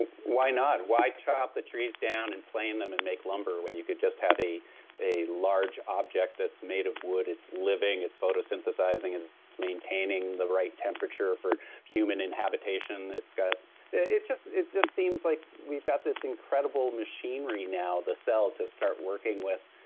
and why not? why chop the trees down and plane them and make lumber when you could just have a a large object that's made of wood, it's living, it's photosynthesizing, and it's maintaining the right temperature for human in habitation, it just it just seems like we've got this incredible machinery now, the cell to start working with,